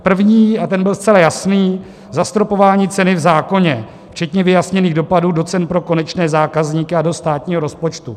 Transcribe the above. První, a ten byl zcela jasný, zastropování ceny v zákoně včetně vyjasněných dopadů do cen pro konečné zákazníky a do státního rozpočtu.